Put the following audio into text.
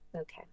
Okay